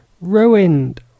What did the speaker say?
Ruined